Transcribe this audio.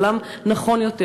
עולם נכון יותר.